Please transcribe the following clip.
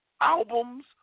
albums